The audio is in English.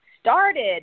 started